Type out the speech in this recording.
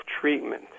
treatment